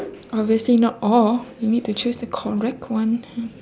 obviously not all you need to choose the correct one